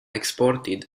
exported